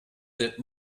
that